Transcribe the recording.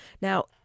Now